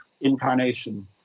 incarnation